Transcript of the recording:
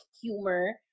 humor